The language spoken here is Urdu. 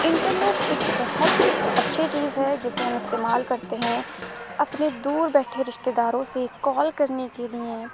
انٹرنیٹ ایک بہت اچھی چیز ہے جسے ہم استعمال کرتے ہیں اپنے دور بیٹھے رشتہ داروں سے کال کرنے کے لیے